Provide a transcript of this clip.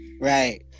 Right